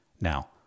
Now